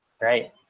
right